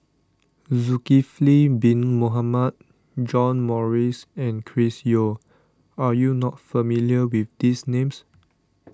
Zulkifli Bin Mohamed John Morrice and Chris Yeo are you not familiar with these names